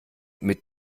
mit